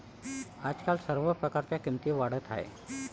आजकाल सर्व प्रकारच्या किमती वाढत आहेत